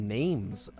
names